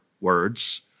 words